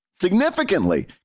Significantly